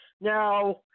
Now